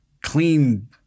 clean